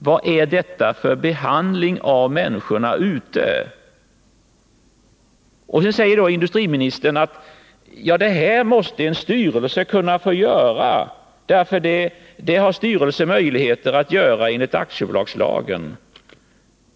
Vad är detta för behandling av människorna ute i de berörda bygderna? Nu säger industriministern att det här måste en styrelse kunna få göra, att den har dessa möjligheter i enlighet med aktiebolagslagen.